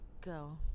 go